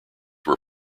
were